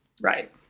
Right